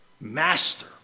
Master